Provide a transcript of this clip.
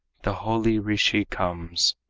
the holy rishi comes.